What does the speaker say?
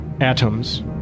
Atoms